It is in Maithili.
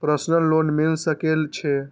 प्रसनल लोन मिल सके छे?